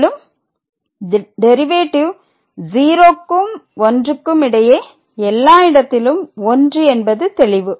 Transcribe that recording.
மேலும் டெரிவேட்டிவ் 0க்கும் 1க்கும் இடையே எல்லா இடத்திலும் 1 என்பது தெளிவு